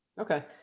Okay